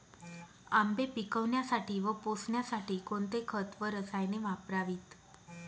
आंबे पिकवण्यासाठी व पोसण्यासाठी कोणते खत व रसायने वापरावीत?